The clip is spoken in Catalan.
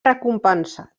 recompensat